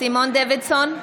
סימון דוידסון,